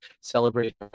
celebrate